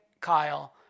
Kyle